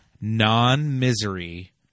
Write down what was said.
non-misery